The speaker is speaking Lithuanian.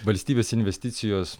valstybės investicijos